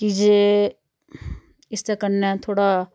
कीजे इसदे कन्नै थोह्ड़ा